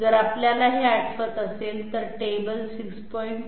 जर आपल्याला ते आठवत असेल तर टेबल 6